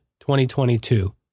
2022